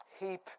Heap